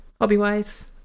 hobby-wise